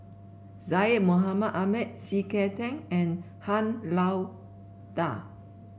Syed Mohamed Ahmed C K Tang and Han Lao Da